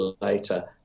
later